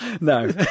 No